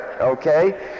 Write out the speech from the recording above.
Okay